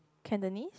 cantonese